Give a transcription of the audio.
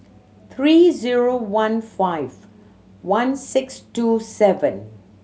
three zero one five one six two seven